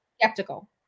skeptical